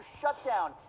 shutdown